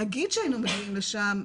נגיד שהיינו מגיעים לשם,